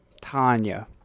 Tanya